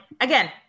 again